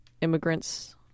immigrants